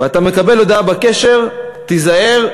ואתה מקבל הודעה בקשר: תיזהר,